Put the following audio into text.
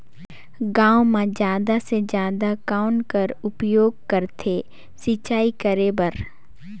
गांव म जादा से जादा कौन कर उपयोग करथे सिंचाई करे बर?